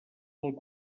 molt